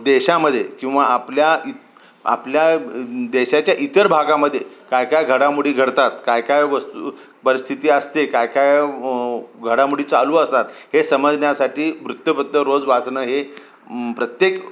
देशामध्ये किंवा आपल्या इ आपल्या देशाच्या इतर भागामध्ये काय काय घडामोडी घडतात काय काय वस्तू परिस्थिती असते काय काय घडामोडी चालू असतात हे समजण्यासाठी वृत्तपत्र रोज वाचणं हे प्रत्येक